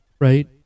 right